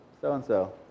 so-and-so